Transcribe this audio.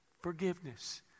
Forgiveness